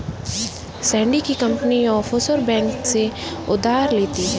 Sandy की company offshore bank से उधार लेती है